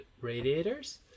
radiators